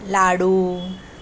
लाडू